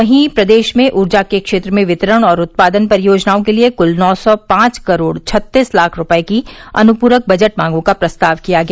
वहीं प्रदेश में ऊर्जा क्षेत्र में वितरण और उत्पादन परियोजनाओं के लिये कुल नौ सौ पांच करोड़ छत्तीस लाख रूपये की अनुप्रक बजट मांगों का प्रस्ताव किया गया